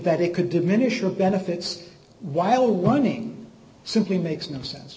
that it could diminish your benefits while whining simply makes no sense